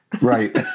Right